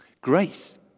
Grace